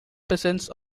peasants